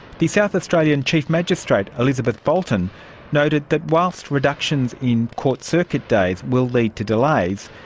the south australian chief magistrate elizabeth bolton noted that whilst reductions in court circuit days will lead to delays,